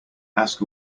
ask